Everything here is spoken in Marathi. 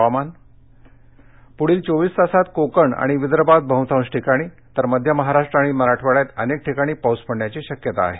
हवामान प्रदील चोवीस तासात कोकण आणि विदर्भात बहुतांश ठिकाणी तर मध्य महाराष्ट्र आणि मराठवाड्यात अनेक ठिकाणी पाऊस पडण्याची शक्या आहे